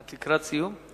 את לקראת סיום?